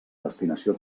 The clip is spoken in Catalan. destinació